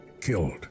killed